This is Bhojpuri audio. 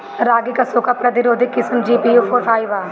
रागी क सूखा प्रतिरोधी किस्म जी.पी.यू फोर फाइव ह?